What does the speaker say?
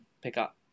pickup